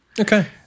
okay